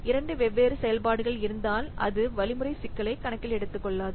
இரண்டு வெவ்வேறு செயல்பாடுகள் இருந்தால் அது வழிமுறை சிக்கலை கணக்கில் எடுத்துக்கொள்ளாது